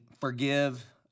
forgive